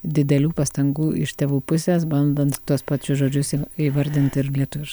didelių pastangų iš tėvų pusės bandant tuos pačius žodžius įva įvardint ir lietuviš